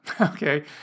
Okay